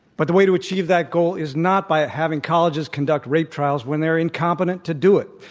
but the way to achieve that goal is not by having colleges conduct rape trials when they're incompetent to do it.